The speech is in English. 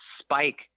spike